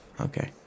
Okay